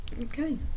Okay